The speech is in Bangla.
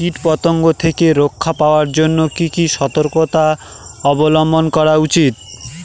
কীটপতঙ্গ থেকে রক্ষা পাওয়ার জন্য কি কি সর্তকতা অবলম্বন করা উচিৎ?